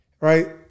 right